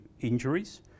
injuries